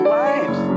lives